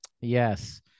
Yes